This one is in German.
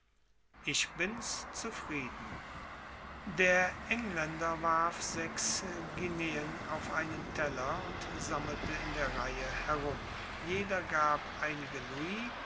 ich bins zufrieden der engländer warf sechs guineen auf einen teller und sammelte in der reihe herum jeder gab einige louis